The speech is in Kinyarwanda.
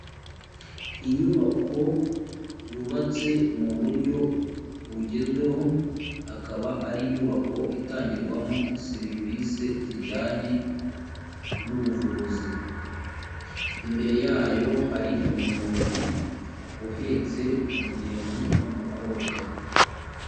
Inyubako yubatse mu buryo bugezweho akaba ari inyubako itangirwamo serivisi zijyanye n’ubuvuzi, imbere yayo hari umunyonzi uhetse umugenzi w'umukobwa.